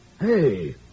Hey